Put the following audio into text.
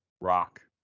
rock